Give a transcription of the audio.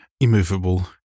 immovable